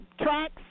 tracks